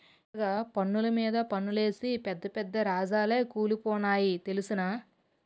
ఇలగ పన్నులు మీద పన్నులేసి పెద్ద పెద్ద రాజాలే కూలిపోనాయి తెలుసునా